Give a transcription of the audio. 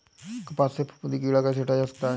कपास से फफूंदी कीड़ा कैसे हटाया जा सकता है?